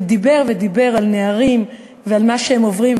הוא דיבר ודיבר על נערים ועל מה שהם עוברים,